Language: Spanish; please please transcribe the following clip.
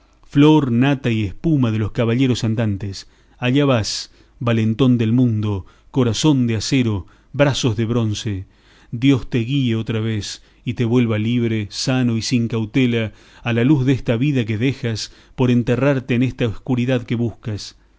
flor nata y espuma de los caballeros andantes allá vas valentón del mundo corazón de acero brazos de bronce dios te guíe otra vez y te vuelva libre sano y sin cautela a la luz desta vida que dejas por enterrarte en esta escuridad que buscas